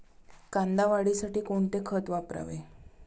कांदा वाढीसाठी कोणते खत वापरावे?